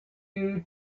you